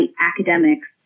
academics